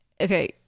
Okay